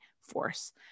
force